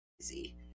easy